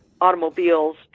automobiles